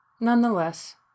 Nonetheless